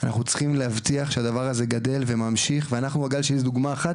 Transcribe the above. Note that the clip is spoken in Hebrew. אנחנו צריכים להבטיח שהדבר הזה גדל וממשיך ואנחנו הגל זו דוגמה אחת,